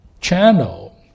channel